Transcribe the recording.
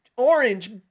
orange